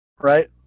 right